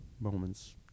moments